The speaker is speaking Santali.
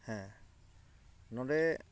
ᱦᱮᱸ ᱱᱚᱸᱰᱮ